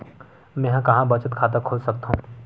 मेंहा कहां बचत खाता खोल सकथव?